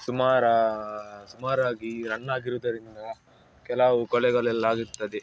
ಸುಮಾರು ಸುಮಾರಾಗಿ ರನ್ ಆಗಿರುವುದರಿಂದ ಕೆಲವು ಕೊಳೆಗಳೆಲ್ಲ ಆಗಿರ್ತದೆ